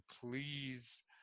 Please